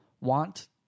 want